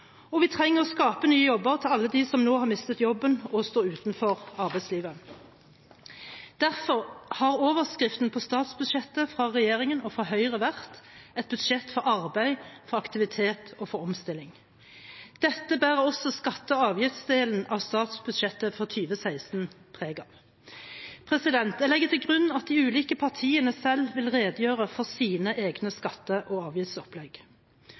Og vi trenger å skape nye jobber til alle dem som nå har mistet jobben og står utenfor arbeidslivet. Derfor har overskriften på statsbudsjettet fra regjeringen og fra Høyre vært et budsjett for arbeid, for aktivitet og for omstilling. Dette bærer også skatte- og avgiftsdelen av statsbudsjettet for 2016 preg av. Jeg legger til grunn at de ulike partiene selv vil redegjøre for sine egne skatte- og avgiftsopplegg.